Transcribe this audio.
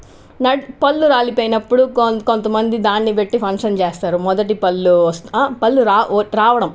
నడు పళ్ళు రాలిపోయినప్పుడు కొం కొంత మంది దాన్నిపెట్టి ఫంక్షన్ చేస్తారు మొదటి పళ్ళు వస్తా పళ్ళు రావడం పళ్ళు రావడం